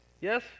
Yes